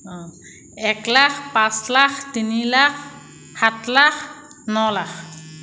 অঁ এক লাখ পাঁচ লাখ তিনি লাখ সাত লাখ ন লাখ